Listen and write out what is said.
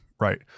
Right